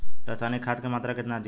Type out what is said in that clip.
रसायनिक खाद के मात्रा केतना दी?